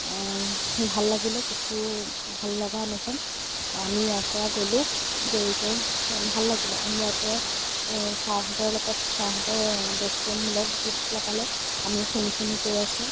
ভাল লাগিলে কিছু ভাললগা অনুভৱ আমি ইয়াৰপৰা গ'লো গৈ গৈ ভাল লাগিলে আমি ইয়াৰপৰাই ছাৰহতঁৰ লগত ছাৰহঁতে দেশপ্ৰেমমূলক গীত লগালে আমি শুনি শুনি গৈ আছোঁ